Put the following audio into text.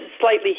slightly